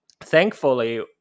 thankfully